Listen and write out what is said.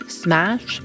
smash